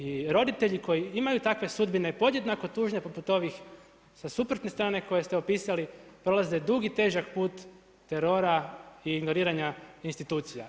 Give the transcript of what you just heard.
I roditelji koji imaju takve sudbine podjednako tužne poput ovih sa suprotne strane koje ste opisali prolaze dug i težak put terora i ignoriranja institucija.